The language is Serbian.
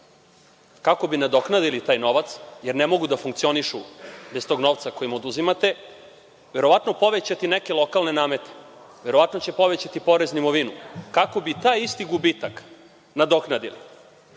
kako bi nadoknadili taj novac jer ne mogu da funkcionišu bez tog novca koji mu oduzimate, verovatno povećati neke lokalne namete, verovatno će povećati porez na imovinu, kako bi taj isti gubitak nadoknadili. Dragi